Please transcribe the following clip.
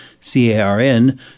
C-A-R-N